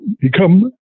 become